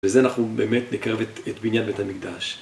ובזה אנחנו באמת נקרב את בניין בית המקדש.